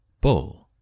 Bull